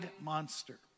monster